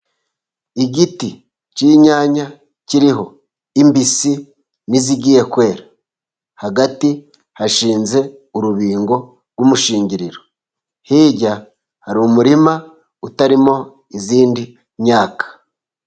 Igiti cy'inyanya kiriho imbisi n'izigiye kwera, hagati hashinze urubingo rw'umushingiriro, hirya hari umurima utarimo iyindi myaka.